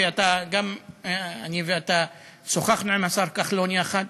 ואני ואתה שוחחנו עם השר כחלון יחד,